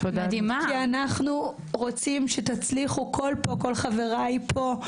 כי אנחנו רוצים שתצליחו כל חבריי פה,